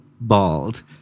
bald